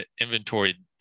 inventory